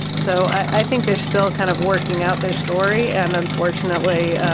so i think there's still kind of working out their story. and unfortunately,